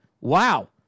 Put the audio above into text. Wow